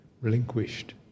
relinquished